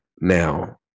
now